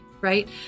right